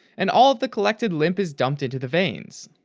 and all of the collected lymph is dumped into the veins.